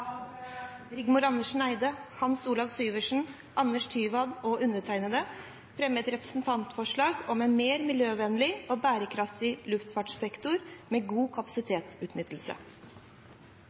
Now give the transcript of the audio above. Rigmor Andersen Eide, Hans Olav Syversen, Anders Tyvand og undertegnede vil jeg fremme et representantforslag om en mer miljøvennlig og bærekraftig luftfartssektor med god kapasitetsutnyttelse.